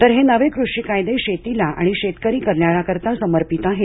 तर हे नवे कृषी कायदे शेतीला आणि शेतकरी कल्याणाकरिता समर्पित आहेत